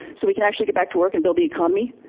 so we can actually get back to work and build the economy,